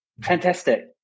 fantastic